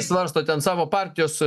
svarsto ten savo partijos